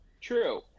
True